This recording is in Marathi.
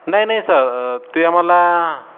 नाही नाही सर ते आम्हाला